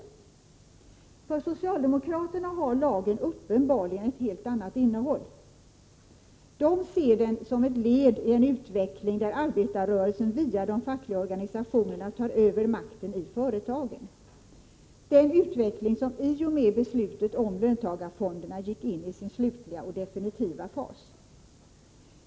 Medbestämmande För socialdemokraterna har lagen uppenbarligen ett helt annat innehåll. De ser den som ett led i en utveckling där arbetarrörelsen via de fackliga organisationerna tar över makten i företagen — en utveckling som i och med beslutet om löntagarfonderna gick in i sin slutliga och definitiva fas.